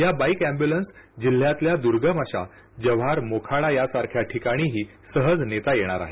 या bike ambulance जिल्ह्यातल्या दर्गम अशा जव्हार मोखाडा या सारख्या ठिकाणीही सहज नेता येणार आहेत